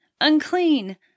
unclean